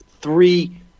three